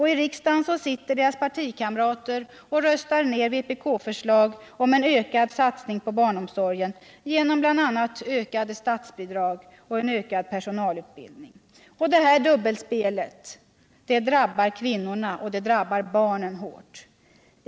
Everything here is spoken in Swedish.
I riksdagen sitter deras partikamrater och röstar ner vpk-förslag om en ökad satsning på barnomsorgen genom bl.a. ökade statsbidrag och ökad personalutbildning. Detta dubbelspel drabbar kvinnorna och barnen hårt.